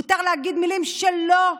מותר להגיד מילים שלא יעלו,